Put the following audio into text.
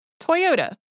Toyota